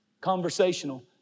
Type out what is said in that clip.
Conversational